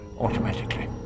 automatically